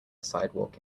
sidewalk